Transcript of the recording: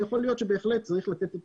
ויכול להיות שבהחלט צריך לתת את